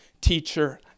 teacher